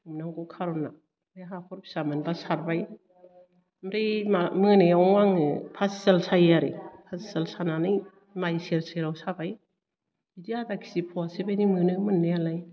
हमनांगौ खार'ना आमफ्राइ हाखर फिसा मोनबा सारबाय आमफ्राय मा मोनायाव आङो फासिजाल सायो आरो फासिजाल सानानै माइ सेर सेराव साबाय बिदि आदाकिजि फवासे बेबायदि मोनो मोन्नायआलाय